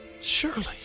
Surely